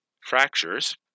Fractures